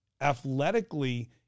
Athletically